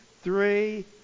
three